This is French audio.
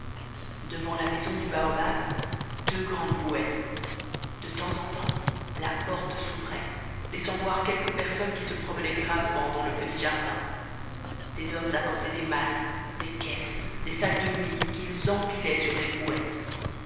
devant la maison du baobab deux grandes brouettes de temps en temps la porte s'ouvrait laissant voir quelques personnes qui se promenaient gravement dans le petit jardin des hommes apportaient des malles des caisses des sacs de nuit qu'ils empilaient sur les brouettes